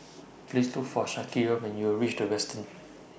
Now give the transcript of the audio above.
Please Look For Shaniqua when YOU REACH The Westin